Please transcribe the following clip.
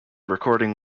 recording